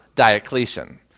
Diocletian